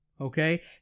Okay